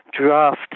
draft